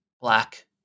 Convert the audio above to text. black